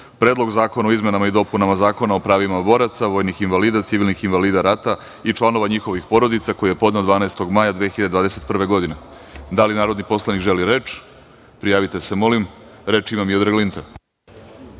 Predlog zakona o izmenama i dopunama Zakona o pravima boraca, vojnih invalida, civilnih invalida rata i članova njihovih porodica, koji je podneo 12. maja 2021. godine. Da li narodni poslanik želi reč? Izvolite. **Miodrag Linta**